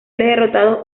derrotados